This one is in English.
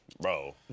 bro